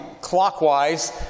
clockwise